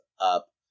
up